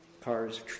cars